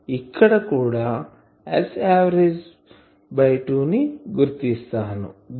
ఇక్కడ నేను Sav by 2 ని గుర్తిస్తాను